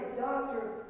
doctor